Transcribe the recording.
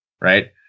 Right